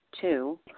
two